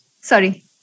sorry